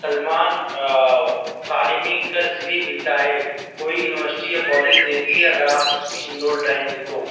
سلمان تعلیمی قرض بھی ملتا ہے کوئی یوینورسٹی یا کالج دیتی ہے اگر آپ اس میں انرولڈ رہیں گے تو